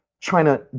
China